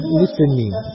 listening